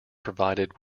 provided